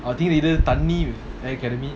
I think thanni